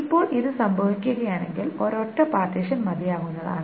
ഇപ്പോൾ ഇത് സംഭവിക്കുകയാണെങ്കിൽ ഒരൊറ്റ പാർട്ടീഷൻ മതിയാകുന്നതാണ്